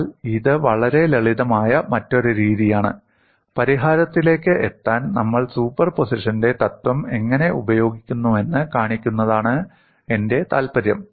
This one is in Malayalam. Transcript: എന്നാൽ ഇത് വളരെ ലളിതമായ മറ്റൊരു രീതിയാണ് പരിഹാരത്തിലേക്ക് എത്താൻ നമ്മൾ സൂപ്പർപോസിഷന്റെ തത്വം എങ്ങനെ ഉപയോഗിക്കുന്നുവെന്ന് കാണിക്കുന്നതാണ് എന്റെ താൽപര്യം